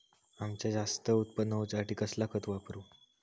अम्याचा जास्त उत्पन्न होवचासाठी कसला खत वापरू?